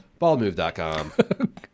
BaldMove.com